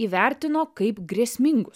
įvertino kaip grėsmingus